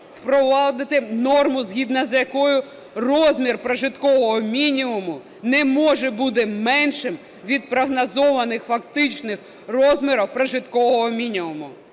впровадити норму, згідно з якою розмір прожиткового мінімуму не може бути меншим від прогнозованих фактичних розмірів прожиткового мінімуму.